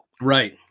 Right